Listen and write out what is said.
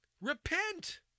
Repent